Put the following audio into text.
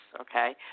okay